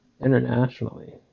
internationally